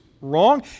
wrong